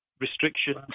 restrictions